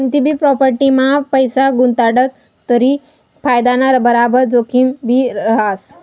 कोनतीभी प्राॅपटीमा पैसा गुताडात तरी फायदाना बराबर जोखिमभी रहास